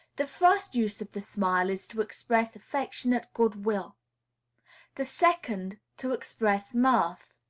the first use of the smile is to express affectionate good-will the second, to express mirth.